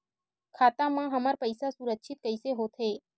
खाता मा हमर पईसा सुरक्षित कइसे हो थे?